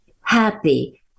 happy